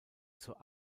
zur